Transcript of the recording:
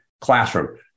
classroom